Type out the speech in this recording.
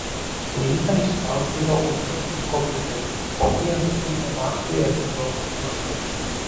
rytą išspausdino užrašus kompiuteriu kopiją nusiuntė maksui elektroniniu paštu